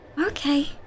Okay